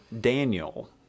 Daniel